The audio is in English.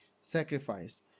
sacrificed